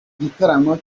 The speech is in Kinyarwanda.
gitaramo